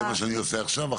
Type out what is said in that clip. זה מה שאני עושה עכשיו.